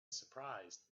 surprised